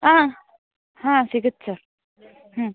ಹಾಂ ಹಾಂ ಸಿಗತ್ತೆ ಸರ್ ಹ್ಞೂ